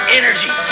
energy